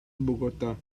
bogotá